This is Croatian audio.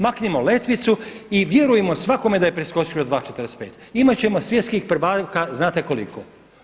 Maknimo letvicu i vjerujmo svakome da je preskočio 2 i 45, imat ćemo svjetskih prvaka znate koliko.